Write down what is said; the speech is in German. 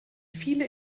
viele